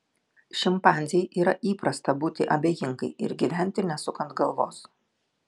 šimpanzei yra įprasta būti abejingai ir gyventi nesukant galvos